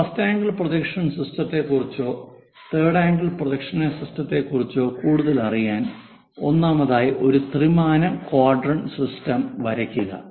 ഈ first angle projection സിസ്റ്റത്തെക്കുറിച്ചോ third angle projection സിസ്റ്റത്തെക്കുറിച്ചോ കൂടുതലറിയാൻ ഒന്നാമതായി ഒരു ത്രിമാന ക്വാഡ്രന്റ് സിസ്റ്റം വരയ്ക്കുക